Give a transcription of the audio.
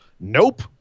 Nope